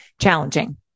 challenging